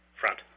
front